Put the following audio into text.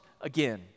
again